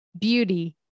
beauty